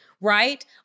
right